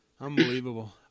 Unbelievable